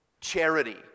charity